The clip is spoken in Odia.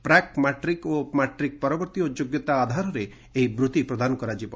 ପ୍ରାକ୍ ମାଟ୍ରିକ ଓ ମାଟ୍ରିକ ପରବର୍ତ୍ତୀ ଓ ଯୋଗ୍ୟତା ଆଧାରରେ ଏହି ବୂତ୍ତି ପ୍ରଦାନ କରାଯିବ